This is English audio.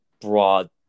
broad